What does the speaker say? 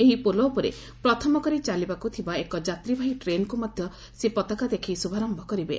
ଏହି ପୋଲ ଉପରେ ପ୍ରଥମ କରି ଚାଲିବାକୁ ଥିବା ଏକ ଯାତ୍ରୀବାହୀ ଟ୍ରେନ୍କୁ ମଧ୍ୟ ସେ ପତାକା ଦେଖାଇ ଶୁଭାରୟ କରିବେ